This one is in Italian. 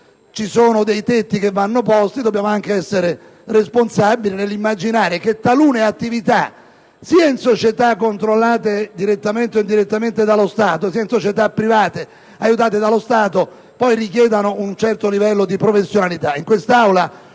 ci sono tetti che vanno posti, ma dobbiamo anche essere responsabili nell'immaginare che talune attività sia in società controllate direttamente o indirettamente dallo Stato, sia in società private aiutate dallo Stato richiedano un certo livello di professionalità. In quest'Aula,